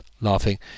laughing